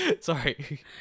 sorry